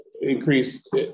increased